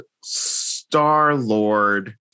Star-Lord